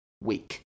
week